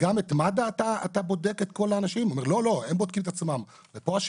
גם את מד"א בודק את כל האנשים?' הוא אומר,